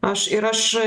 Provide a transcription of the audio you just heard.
aš ir aš